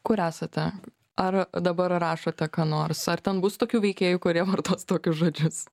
kur esate ar dabar rašote ką nors ar ten bus tokių veikėjų kurie vartos tokius žodžius